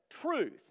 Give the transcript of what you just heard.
truth